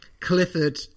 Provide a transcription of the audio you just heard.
Clifford